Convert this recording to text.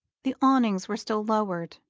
the awnings were still lowered,